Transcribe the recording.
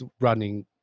running